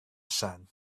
sand